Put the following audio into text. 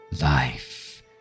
life